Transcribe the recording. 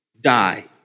die